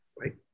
right